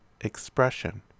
expression